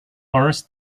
boris